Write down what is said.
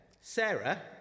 Sarah